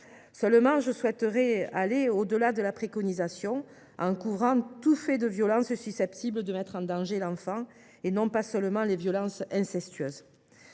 Seulement, je souhaiterais aller au delà de cette préconisation, en couvrant tout fait de violence susceptible de mettre en danger l’enfant et non pas seulement les violences incestueuses.